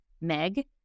Meg